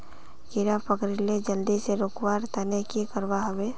कीड़ा पकरिले जल्दी से रुकवा र तने की करवा होबे?